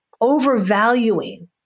overvaluing